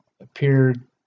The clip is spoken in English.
appeared